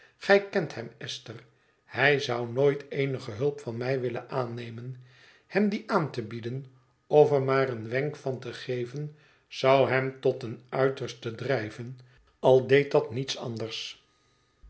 gij kent hem esther hij zou nooit eenige hulp van mij willen aannemen hem die aan te bieden of er maar een wenk van te geven zou hem tot een uiterste drijven al deed dat niets anders